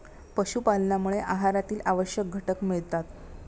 पशुपालनामुळे आहारातील आवश्यक घटक मिळतात